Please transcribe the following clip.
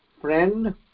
friend